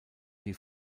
die